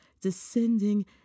descending